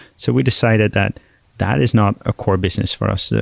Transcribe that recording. so we decided that that is not a core business for us.